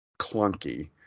Clunky